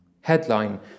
headline